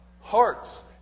Hearts